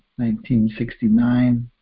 1969